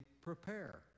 prepare